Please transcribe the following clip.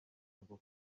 ngo